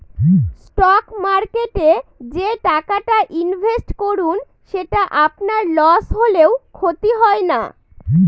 stock মার্কেটে যে টাকাটা ইনভেস্ট করুন সেটা আপনার লস হলেও ক্ষতি হয় না